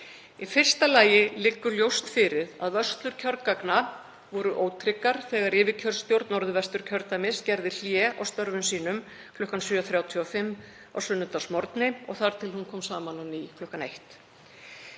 Í fyrsta lagi liggur ljóst fyrir að vörslur kjörgagna voru ótryggar frá því að yfirkjörstjórn Norðvesturkjördæmis gerði hlé á störfum sínum kl. 7.35 á sunnudagsmorgni og þar til hún kom saman á ný